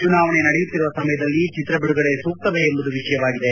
ಚುನಾವಣೆ ನಡೆಯುತ್ತಿರುವ ಸಮಯದಲ್ಲಿ ಚಿತ್ರ ಬಿಡುಗಡೆ ಸೂಕ್ತವೇ ಎಂಬುದು ವಿಷಯವಾಗಿದೆ